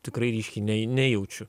tikrai ryškiai ne nejaučiu